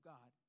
God